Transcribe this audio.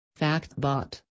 FactBot